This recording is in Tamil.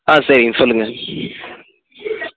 ஆ சரிங்க சொல்லுங்கள்